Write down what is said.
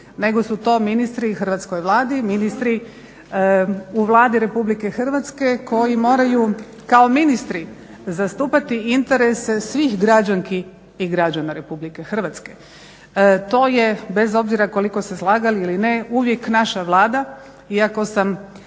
nego su to ministri i Hrvatskoj vladi, ministri u Vladi RH koji moraju kao ministri zastupati interese svih građanki i građana RH. To je, bez obzira koliko se slagali ili ne, uvijek naša Vlada iako sam